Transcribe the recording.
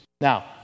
now